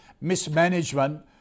mismanagement